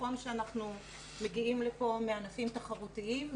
נכון שאנחנו מגיעים לפה מענפים תחרותיים,